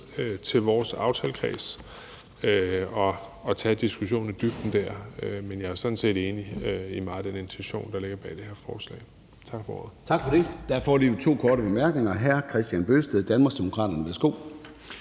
til vores aftalekreds og tage diskussionen i dybden dér, men jeg er sådan set enig i meget af den intention, der ligger bag det her forslag. Tak for ordet. Kl. 16:01 Formanden (Søren Gade): Tak for det.